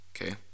okay